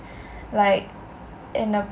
like in a